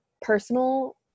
personal